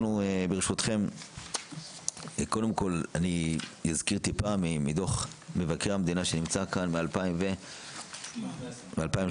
אני אזכיר מדוח מבקר המדינה שנמצא כאן מ-2018.